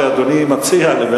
שזה Palestinian.